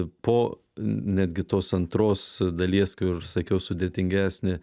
po netgi tos antros dalies kur sakiau sudėtingesnė